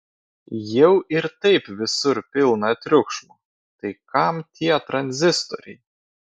jau ir taip visur pilna triukšmo tai kam tie tranzistoriai